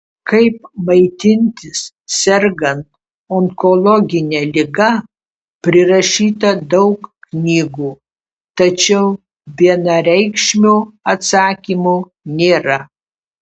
kaip maitintis sergant onkologine liga prirašyta daug knygų tačiau vienareikšmio atsakymo nėra